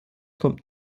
kommt